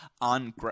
on